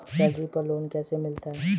Salary पर loan कैसे मिलता है?